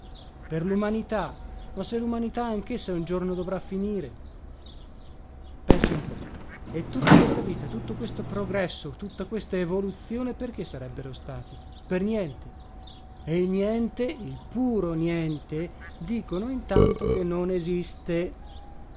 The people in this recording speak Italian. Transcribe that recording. per lumanità ma se lumanità anchessa un giorno dovrà finire pensi un po e tutta questa vita tutto questo progresso tutta questa evoluzione perché sarebbero stati per niente e il niente il puro niente dicono intanto che non esiste